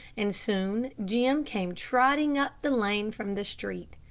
and soon jim came trotting up the lane from the street.